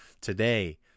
today